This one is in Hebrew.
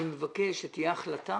אני מבקש שתהיה החלטה